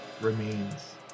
remains